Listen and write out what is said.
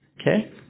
Okay